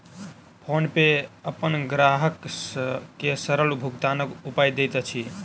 PhonePe अपन ग्राहक के सरल भुगतानक उपाय दैत अछि